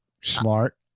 Smart